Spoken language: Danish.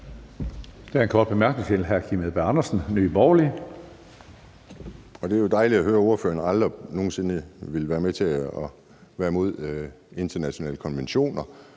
Andersen, Nye Borgerlige. Kl. 16:15 Kim Edberg Andersen (NB): Det er jo dejligt at høre, at ordføreren aldrig nogen sinde vil være med til at være imod internationale konventioner.